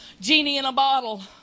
genie-in-a-bottle